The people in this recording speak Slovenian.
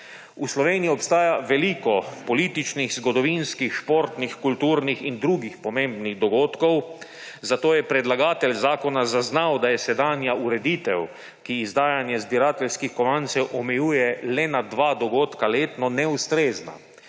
V Sloveniji obstaja veliko o političnih, zgodovinskih, športnih, kulturnih in drugih pomembnih dogodkov, zato je predlagatelj zakona zaznal, da je sedanja ureditev, ki izdajanje zbirateljskih kovancev omejuje le na dva dogodka letno, neustrezna.